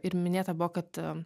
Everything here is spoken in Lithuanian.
ir minėta buvo kad